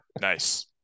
Nice